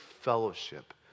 fellowship